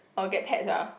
I'll get pets ah